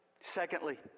Secondly